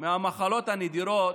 מהמחלות הנדירות